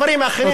תודה רבה.